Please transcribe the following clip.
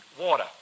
water